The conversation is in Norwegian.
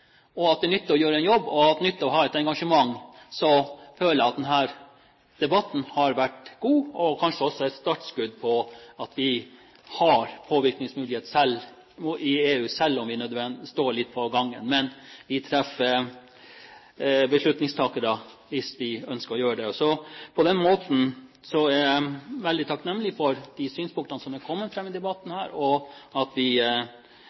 at det nytter å ha et engasjement, føler jeg at denne debatten har vært god og kanskje også kan være et startskudd på at vi har påvirkningsmulighet i EU, selv om vi står litt på gangen. Men vi treffer beslutningstakere hvis vi ønsker å gjøre det, så på den måten er jeg veldig takknemlig for de synspunktene som har kommet fram i debatten her. Vi ser at vi